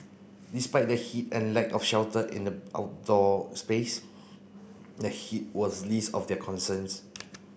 despite the heat and lack of shelter in the outdoor space the heat was least of their concerns